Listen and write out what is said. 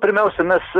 pirmiausia mes